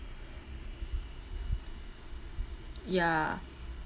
ya